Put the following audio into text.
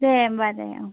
दो होम्बा दे औ